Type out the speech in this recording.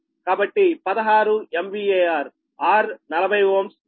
కాబట్టి 16 MVAR R 40 Ω X 140 Ω